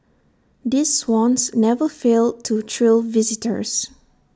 these swans never fail to thrill visitors